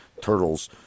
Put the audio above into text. turtles